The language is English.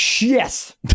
Yes